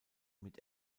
mit